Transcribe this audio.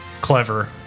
clever